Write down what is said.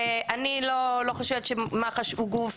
ואני לא חושבת שמח"ש הוא גוף,